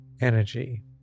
energy